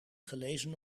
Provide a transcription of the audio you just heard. gelezen